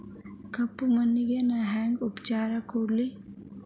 ಕಪ್ಪ ಮಣ್ಣಿಗ ನಾ ಹೆಂಗ್ ಉಪಚಾರ ಕೊಡ್ಲಿ?